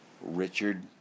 Richard